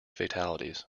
fatalities